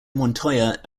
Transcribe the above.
montoya